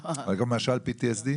למשל ב-PTSD?